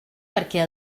perquè